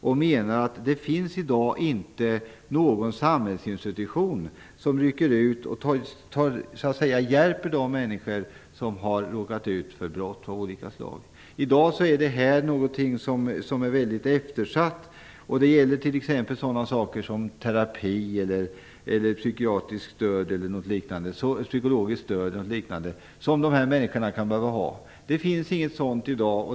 Vi menar att det i dag inte finns någon samhällsinstitution som rycker ut och hjälper människor som råkat ut för brott av olika slag. I dag är det här ett väldigt eftersatt område. Det gäller t.ex. terapi eller psykologiskt stöd som de här människorna kan behöva. Något sådant finns inte i dag.